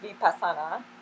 vipassana